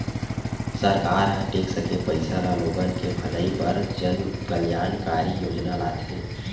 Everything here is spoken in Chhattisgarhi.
सरकार ह टेक्स के पइसा ल लोगन के भलई बर जनकल्यानकारी योजना लाथे